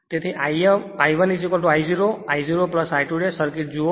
તેથી I 1I 0 I 0 I2 circuit જુઓ